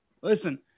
Listen